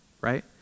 right